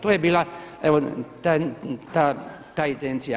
To je bila ta intencija.